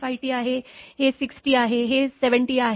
5 T आहे हे 6 T आहे हे 7 T आहे